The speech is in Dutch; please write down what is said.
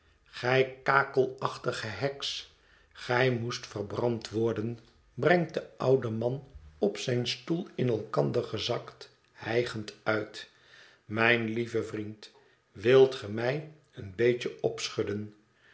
gij kakelachtige heks gij moest verbrand worden brengt de oude man op zijn stoel in elkander gezakt hijgend uit mijn lieve vriend wilt ge mij een beetje opschudden